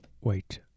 Wait